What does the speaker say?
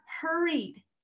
hurried